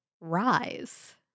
rise